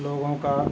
لوگوں کا